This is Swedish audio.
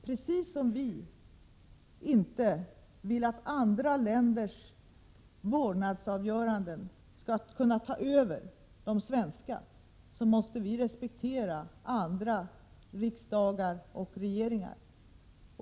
Precis som vi inte vill att andra länders vårdnadsavgöranden skall kunna ta över de svenska måste vi respektera andra länders parlament och regeringar.